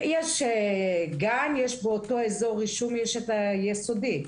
יש גן באותו אזור רישום ויש את בית הספר היסודי.